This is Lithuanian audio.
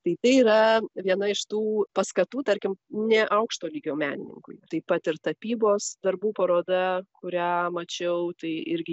tai tai yra viena iš tų paskatų tarkim neaukšto lygio menininkui taip pat ir tapybos darbų paroda kurią mačiau tai irgi